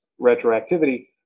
retroactivity